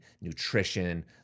nutrition